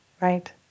Right